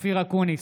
אופיר אקוניס,